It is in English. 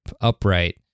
upright